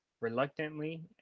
reluctantly